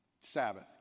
Sabbath